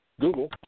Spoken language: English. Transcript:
Google